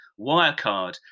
Wirecard